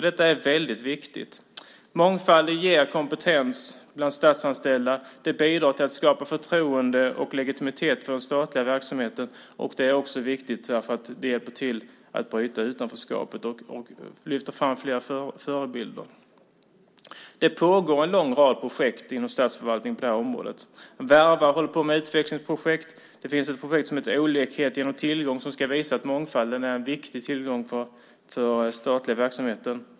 Det är väldigt viktigt. Mångfalden ger kompetens bland statsanställda, bidrar till att skapa förtroende och legitimitet för den statliga verksamheten och är också viktig för att den hjälper till att bryta utanförskapet och lyfta fram fler förebilder. Det pågår en lång rad projekt inom statsförvaltningen på det området. Verva håller på med utvecklingsprojekt. Det finns ett projekt som heter Olikhet genom tillgång som ska visa att mångfalden är en viktig tillgång för den statliga verksamheten.